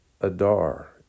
Adar